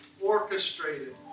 orchestrated